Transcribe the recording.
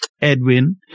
Edwin